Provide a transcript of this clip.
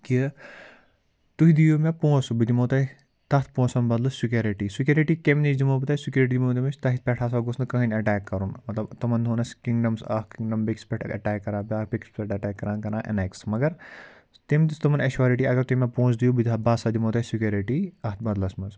کہِ تُہۍ دِیِو مےٚ پونٛسہٕ بہٕ دِمو تۄہہِ تَتھ پونٛسَن بدل سیکورٹی سیکورٹی کٔمۍ نِش دِمو بہٕ تۄہہِ سیکورٹی دِم تَۄہہِ پٮ۪ٹھ ہسا گوژھ نہٕ کٕہۭنۍ اٹیک کَرُن مطلب تِمَن دوہن ٲسۍ کِنٛگڈمٕس اَکھ کِنٛگڈم بیٚکِس پٮ۪ٹھن اَ اَٹیک کَران بیٛاکھ بیٚکِس پٮ۪ٹھ اَٹیک کَران کَران اٮ۪نیٚکٕس مگر تٔمۍ دِژ تِمَن ایشورِٹی اَگر تُہۍ مےٚ پۄنٛسہٕ دِیِو بہٕ دِ بہٕ ہسا دِمو تۄہہِ سِکیورٹی اَتھ بدلَس منٛز